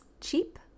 cheap